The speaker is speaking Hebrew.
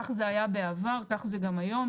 כך זה היה בעבר, כך זה גם היום.